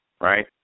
Right